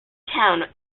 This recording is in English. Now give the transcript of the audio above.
town